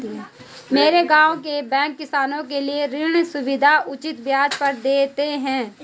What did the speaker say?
मेरे गांव के बैंक किसानों के लिए ऋण सुविधाएं उचित ब्याज पर देते हैं